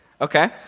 Okay